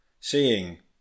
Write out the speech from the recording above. seeing